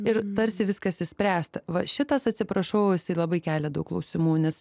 ir tarsi viskas išspręsta va šitas atsiprašau jisai labai kelia daug klausimų nes